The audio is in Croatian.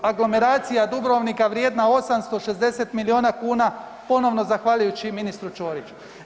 Aglomeracija Dubrovnika vrijedna 860 milijona kuna ponovno zahvaljujući i ministru Ćoriću.